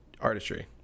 artistry